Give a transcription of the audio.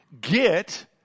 get